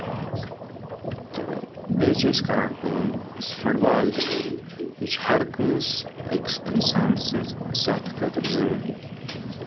تہٕ بیٚیہِ چھِ أسۍ کران کٲم یُس فُٹ بال چھِ یہِ چھِ ہر کٲنسہِ أکِس اِنسانَ سٕنز صحتہٕ خٲطرٕ ضروٗری